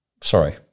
Sorry